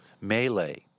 melee